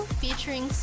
featuring